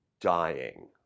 dying